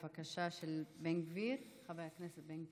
של חבר הכנסת בן גביר.